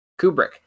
Kubrick